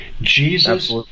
Jesus